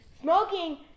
smoking